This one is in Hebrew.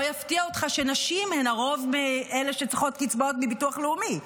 לא יפתיע אותך שנשים הן לרוב אלה שצריכות קצבאות מביטוח לאומי,